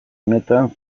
honetan